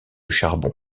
charbon